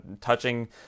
touching